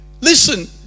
listen